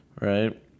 right